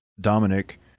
Dominic